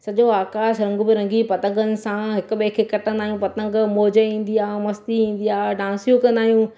सॼो आकाश रंग बिरंगी पतंगनि सां हिक ॿिए खे कटंदा आहियूं पतंग मौज़ ईंदी आहे ऐं मस्ती ईंदी आहे डांसियूं कंदा आहियूं